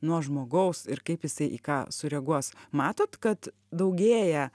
nuo žmogaus ir kaip jisai į ką sureaguos matot kad daugėja